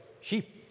sheep